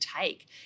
take